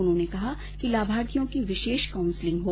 उन्होंने कहा कि लाभार्थियों की विशेष काउंसलिंग हो